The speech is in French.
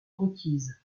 requise